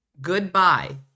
goodbye